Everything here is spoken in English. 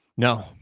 No